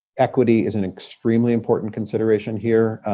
equity is an extremely important consideration here,